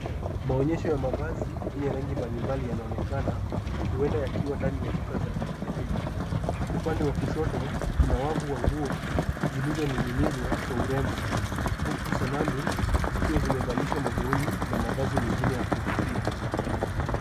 Maonyesho ya mavazi, yenye rangi mbalimbali yanaonekana, huenda yakiwa ndani ya duka za rejareja. Upande wa kushoto, kuna wavu wa nguo, zilizoning'inizwa kwa urembo, huku sanamu zikiwa zimevalishwa magauni na mavazi mengine ya kuvutia.